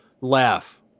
laugh